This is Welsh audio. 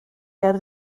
ger